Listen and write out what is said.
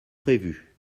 prévu